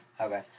Okay